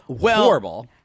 horrible